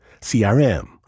CRM